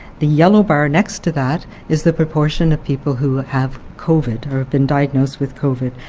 the yellow bar next to that is the proportion of people who have covid or been diagnosed with covid.